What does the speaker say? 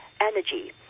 energy